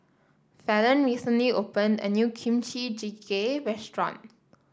Falon recently opened a new Kimchi Jjigae Restaurant